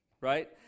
right